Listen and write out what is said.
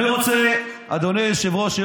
אדוני היושב-ראש,